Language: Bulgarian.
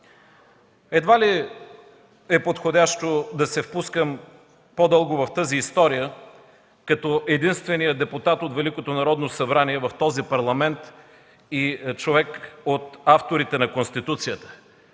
Едва ли е подходящо да се впускам по-дълго в тази история като единствения депутат от Великото народно събрание в този Парламент и човек от авторите на Конституцията,